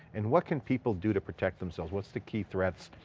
and what can people do to protect themselves? what's the key threats?